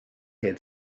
had